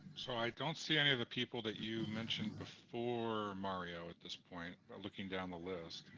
so i don't see any of the people that you mentioned before mario at this point, but looking down the list.